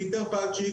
פיטר פלצ'יק,